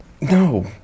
No